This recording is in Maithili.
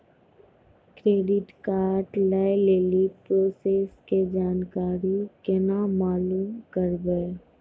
क्रेडिट कार्ड लय लेली प्रोसेस के जानकारी केना मालूम करबै?